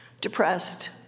depressed